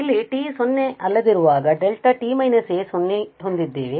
ಇಲ್ಲಿ t 0 ಆಲ್ಲದಿರುವಾಗ δ t − a 0 ಹೊಂದಿದ್ದೇವೆ